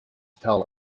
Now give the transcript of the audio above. tell